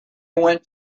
went